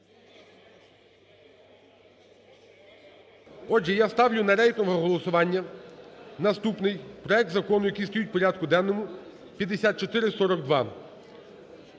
Отже я ставлю на рейтингове голосування наступний Проект закону, який стоїть у порядку денному, 5442